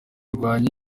rwanjye